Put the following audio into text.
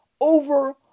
over